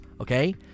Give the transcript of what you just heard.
okay